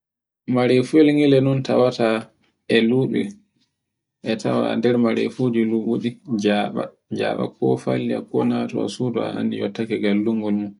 mare fuewel ngel tawaata e lubi e tawa ender mare fuji njaba. Njaba kofalle ko natowa nder sudu a andi yottake gallungol mum.